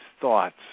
thoughts